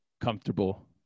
comfortable